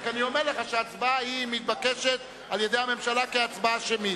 רק אני אומר לך שההצבעה המתבקשת על-ידי הממשלה היא הצבעה שמית.